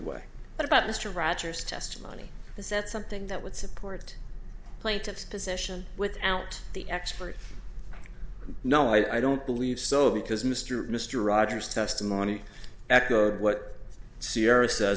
way about mr rogers testimony is that something that would support plaintiff's position without the expert no i don't believe so because mr mr rogers testimony echoed what sierra says